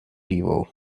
evil